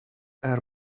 air